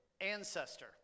ancestor